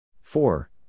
Four